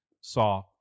saw